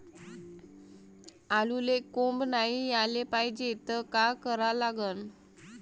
आलूले कोंब नाई याले पायजे त का करा लागन?